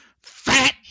fat